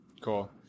Cool